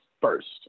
first